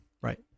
Right